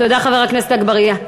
תודה, חבר הכנסת אגבאריה.